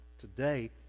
Today